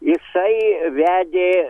jisai vedė